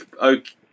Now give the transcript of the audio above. okay